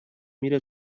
میره